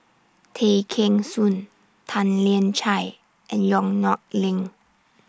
Tay Kheng Soon Tan Lian Chye and Yong Nyuk Lin